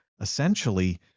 essentially